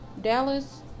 Dallas